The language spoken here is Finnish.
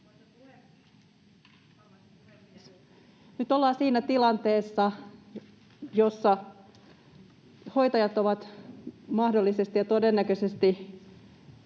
Nyt ollaan siinä tilanteessa, jossa hoitajat ovat mahdollisesti ja todennäköisesti